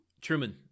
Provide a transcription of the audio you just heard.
Truman